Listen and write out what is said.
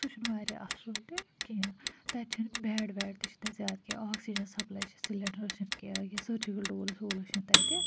تہٕ سُہ چھُنہٕ واریاہ اصٕل تِہ کِہیٖنۍ تَتہِ چھِنہٕ بیٚڈ ویٚڈ تہِ چھِنہٕ تَتہِ زیادٕ کیٚنٛہہ آکسیٖجَن سَپلاے چھِنہٕ سِلیٚنڈَر چھِنہٕ کیٚنٛہہ ٲں سٔرجکٕل ٹوٗلٕز ووٗلٕز چھِنہٕ تَتہِ